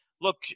look